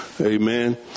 Amen